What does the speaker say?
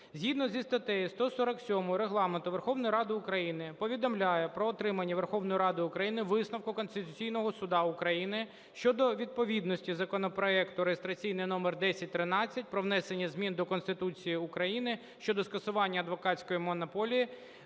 Згідно із статтею 147 Регламенту Верховної Ради України повідомляю про отримання Верховною Радою України висновку Конституційного Суду України щодо відповідності законопроекту (реєстраційний номер 1013) про внесення змін до Конституції щодо скасування адвокатської монополії